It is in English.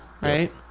right